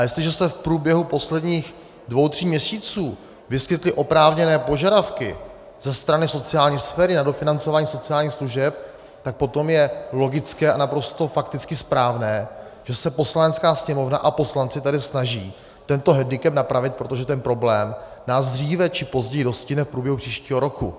Jestliže se v průběhu posledních dvou tří měsíců vyskytly oprávněné požadavky ze strany sociální sféry na dofinancování sociálních služeb, potom je logické a naprosto fakticky správné, že se Poslanecká sněmovna a poslanci snaží tento hendikep napravit, protože ten problém nás dříve či později dostihne v průběhu příštího roku.